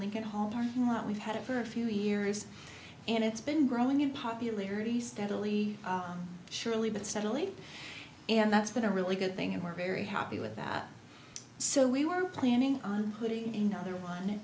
lincoln hall parking lot we've had it for a few years and it's been growing in popularity steadily surely but steadily and that's been a really good thing and we're very happy with that so we were planning on putting in another one